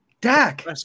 Dak